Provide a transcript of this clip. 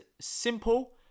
simple